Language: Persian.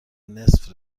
نصف